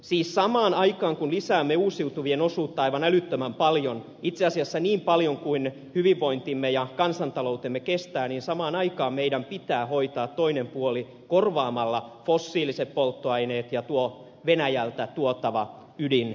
siis samaan aikaan kun lisäämme uusiutuvien osuutta aivan älyttömän paljon itse asiassa niin paljon kuin hyvinvointimme ja kansantaloutemme kestää meidän pitää hoitaa toinen puoli korvaamalla fossiiliset polttoaineet ja tuo venäjältä tuotava ydinenergia